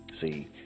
See